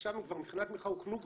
עכשיו מבחני התמיכה הוכנו כבר.